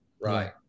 right